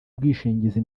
ubwishingizi